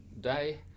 day